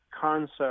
concept